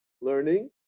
learning